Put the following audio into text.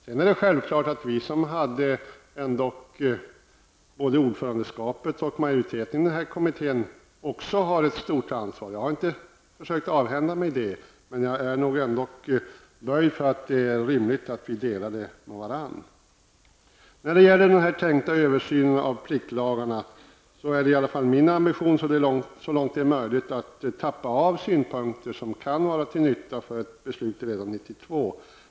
Sedan är det självklart att också vi som hade både ordförandeskapet och majoriteten i den här kommittén har ett stort ansvar. Jag har inte försökt avhända mig ett sådant ansvar, men jag anser ändå att det är rimligt att vi delar ansvaret med varandra. När det gäller den tänkta översynen av pliktlagarna är det i alla fall min ambition att så långt möjligt tappa av synpunkter som kan vara till nytta för ett beslut redan 1992.